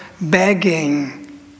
begging